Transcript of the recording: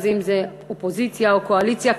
אם אופוזיציה או קואליציה,